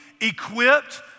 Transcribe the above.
equipped